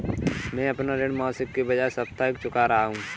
मैं अपना ऋण मासिक के बजाय साप्ताहिक चुका रहा हूँ